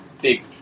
big